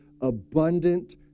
abundant